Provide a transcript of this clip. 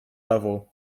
level